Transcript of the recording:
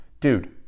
Dude